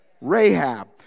Rahab